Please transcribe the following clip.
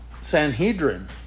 Sanhedrin